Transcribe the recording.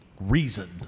reason